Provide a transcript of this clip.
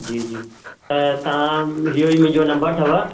जी जी त तव्हां इहो ई मुंहिंजो नम्बर अथव